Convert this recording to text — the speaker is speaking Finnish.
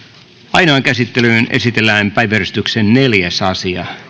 ainoaan käsittelyyn esitellään päiväjärjestyksen neljäs asia